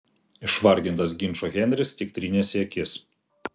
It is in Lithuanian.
išvargintas ginčo henris tik trynėsi akis